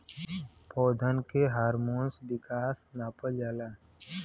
पौधन के हार्मोन विकास नापल जाला